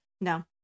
No